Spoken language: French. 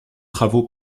travaux